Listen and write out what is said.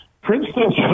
Princeton